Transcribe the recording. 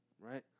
Right